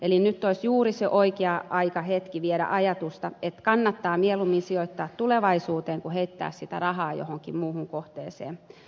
eli nyt olisi juuri se oikea aika viedä ajatusta että kannattaa mieluummin sijoittaa tulevaisuuteen kuin heittää sitä rahaa johonkin muuhun kohteeseen